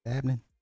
Happening